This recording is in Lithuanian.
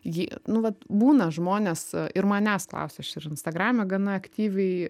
jį nu vat būna žmonės ir manęs klausia aš ir instagrame gana aktyviai